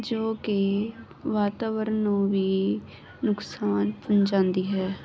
ਜੋ ਕਿ ਵਾਤਾਵਰਨ ਨੂੰ ਵੀ ਨੁਕਸਾਨ ਪਹੁੰਚਾਉਂਦੀ ਹੈ